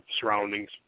surroundings